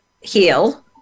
heal